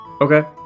okay